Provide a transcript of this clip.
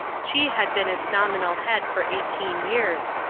she had been its nominal head for eighteen years,